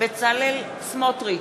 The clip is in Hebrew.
בצלאל סמוטריץ,